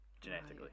genetically